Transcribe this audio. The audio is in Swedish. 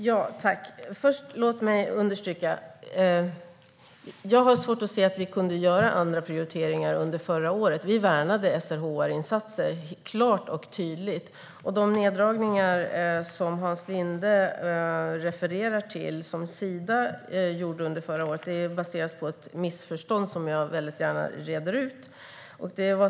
Herr talman! Låt mig först understryka att jag har svårt att se vi hade kunnat göra andra prioriteringar under förra året. Vi värnade SRHR-insatser klart och tydligt. De neddragningar som Hans Linde refererar till och som Sida gjorde under förra året baseras på ett missförstånd som jag väldigt gärna reder ut.